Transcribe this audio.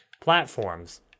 platforms